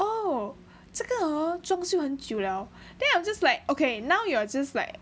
oh 这个国家 hor 装修很久了 then I'm just like okay now you're just like